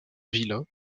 villas